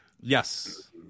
Yes